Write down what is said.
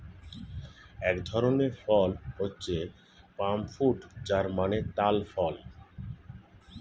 এক ধরনের ফল হচ্ছে পাম ফ্রুট যার মানে তাল ফল